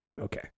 Okay